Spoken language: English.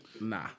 nah